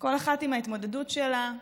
כל אחת עם ההתמודדות שלה,